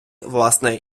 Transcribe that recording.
власне